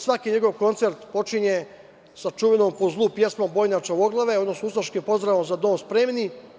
Svaki njegov koncert počinje sa čuvenom, po zlu pesmom „boj na čavoglave“ odnosno ustaškim pozdravom „za dom spremni“